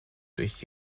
durch